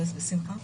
בשמחה.